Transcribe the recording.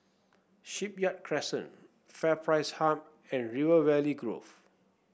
Shipyard Crescent FairPrice Hub and River Valley Grove